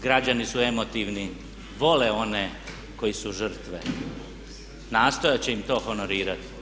Građani su emotivni, vole one koji su žrtve, nastojat će im to honorirati.